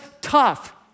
tough